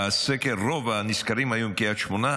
רוב הנסקרים בסקר היו מקריית שמונה,